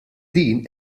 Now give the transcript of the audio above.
din